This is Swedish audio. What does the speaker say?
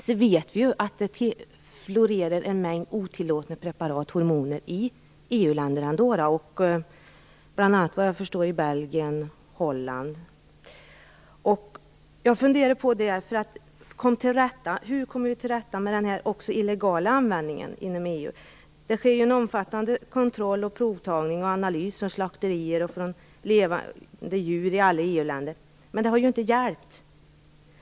Men vi vet att det florerar en mängd otillåtna preparat - hormoner - i EU-länderna ändå, såvitt jag förstår i bl.a. Belgien och Holland. Hur kommer vi till rätta med denna illegala användning inom EU? Det sker ju en omfattande kontroll, provtagning och analys på slakterier och på levande djur i alla EU-länder, men det har inte hjälpt.